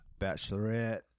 Bachelorette